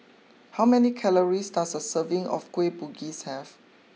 how many calories does a serving of Kueh Bugis have